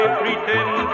pretend